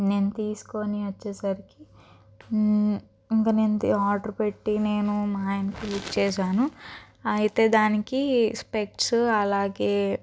నేను తీసుకుని వచ్చేసరికి ఇంక నేను ఆర్డర్ పెట్టి నేను మా ఆయనకు బుక్ చేశాను అయితే దానికి స్పెక్ట్స్ అలాగే